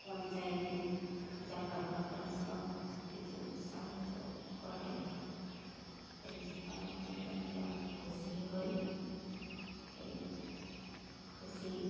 পঞ্চায়েতে যাওয়ার কথা সব কিছু সাহায্য করে এই সাহায্যতে আমরা খুশি হই এই খুশি